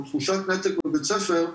או תחושת נתק מבית ספר,